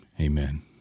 amen